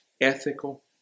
ethical